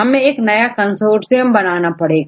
हमें नया कंसोर्सियम बनाना पड़ेगा